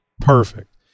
Perfect